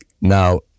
now